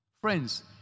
Friends